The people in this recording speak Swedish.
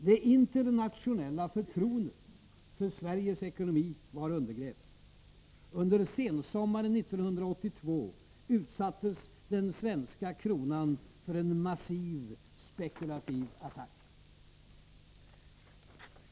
Det internationella förtroendet för Sveriges ekonomi var undergrävt. Under sensommaren 1982 utsattes den svenska kronan för en massiv, spekulativ attack.